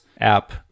app